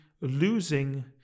losing